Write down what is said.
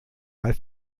weil